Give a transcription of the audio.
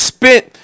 spent